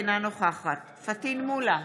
אינה נוכחת פטין מולא,